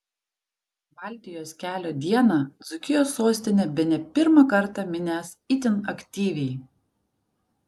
baltijos kelio dieną dzūkijos sostinė bene pirmą kartą minęs itin aktyviai